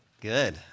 Good